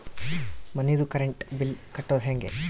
ಮನಿದು current bill ಕಟ್ಟೊದು ಹೇಗೆ?